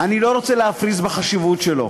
אני לא רוצה להפריז בחשיבות שלו